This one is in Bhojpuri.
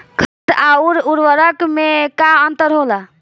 खाद्य आउर उर्वरक में का अंतर होला?